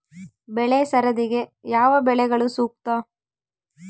ಬೆಳೆ ಸರದಿಗೆ ಯಾವ ಬೆಳೆಗಳು ಸೂಕ್ತ?